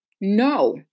no